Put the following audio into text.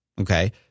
Okay